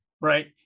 Right